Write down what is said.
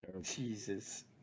Jesus